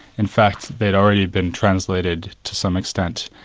in fact they'd already been translated to some extent,